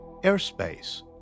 airspace